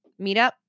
Meetup